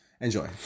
Enjoy